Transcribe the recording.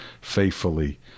faithfully